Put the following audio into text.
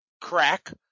crack